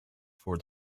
for